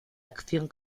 acción